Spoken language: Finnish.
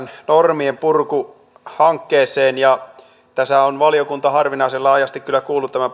normienpurkuhankkeeseen tässä on valiokunta harvinaisen laajasti kyllä kuullut